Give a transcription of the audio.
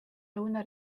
lõuna